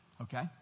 Okay